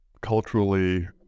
culturally